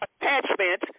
attachment